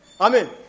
Amen